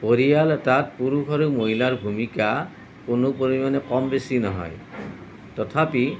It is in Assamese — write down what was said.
পৰিয়াল এটাত পুৰুষ আৰু মহিলাৰ ভূমিকা কোনো পৰিমাণে কম বেছি নহয় তথাপি